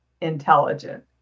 intelligent